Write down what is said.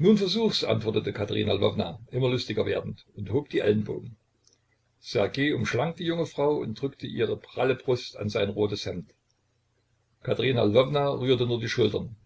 nun versuch's antwortete katerina lwowna immer lustiger werdend und hob die ellenbogen ssergej umschlang die junge frau und drückte ihre pralle brust an sein rotes hemd katerina lwowna rührte nur die schultern